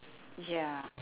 ya